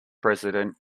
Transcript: president